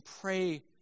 pray